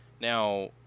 Now